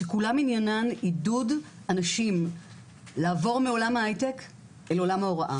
שכולן עניינן עידוד אנשים לעבור מעולם ההייטק אל עולם ההוראה.